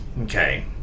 okay